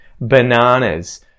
bananas